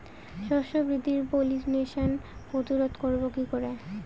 শস্য বৃদ্ধির পলিনেশান প্রতিরোধ করব কি করে?